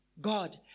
God